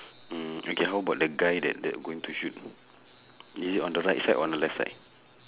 mm okay how about the guy that that going to shoot is it on the right side or on the left side